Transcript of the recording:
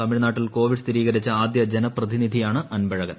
തമിഴ്നാട്ടിൽ കോവിഡ് സ്ഥിരീകരിച്ച ആദ്യ ജനപ്രതിനിധിയാണ് അൻപഴകൻ